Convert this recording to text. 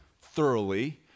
thoroughly